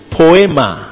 poema